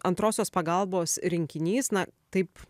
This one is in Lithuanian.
antrosios pagalbos rinkinys na taip